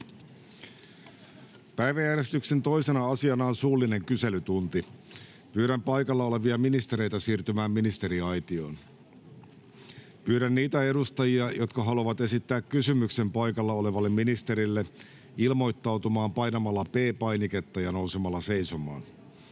Päiväjärjestyksen 2. asiana on suullinen kyselytunti. Pyydän paikalla olevia ministereitä siirtymään ministeriaitioon. Pyydän niitä edustajia, jotka haluavat esittää kysymyksen paikalla olevalle ministerille, ilmoittautumaan painamalla P-painiketta ja nousemalla seisomaan.